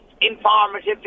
informative